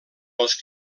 els